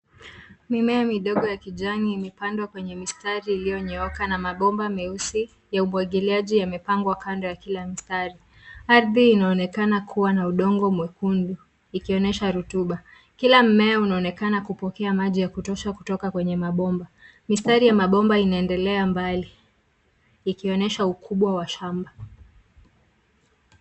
Mimea midogo ya kijani imepandwa kwenye mistari iliyonyooka na mabomba meusi ya umwagiliaji yamepangwa kando ya kila mistari. Ardhi inaonekana kuwa na udongo mwekundu ikionyesha rotuba. Kila mmea unaonekana kupokea maji ya kutosha kutoka kwenye mabomba. Mistari ya mabomba inaendelea mbali ikionyesha ukubwa wa shamba.